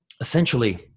essentially